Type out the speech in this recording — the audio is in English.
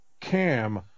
Cam